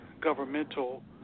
governmental